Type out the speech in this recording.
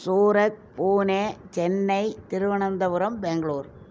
Surat Pune Chennai Thiruvananthapuram Bangalore